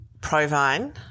Provine